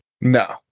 No